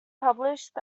published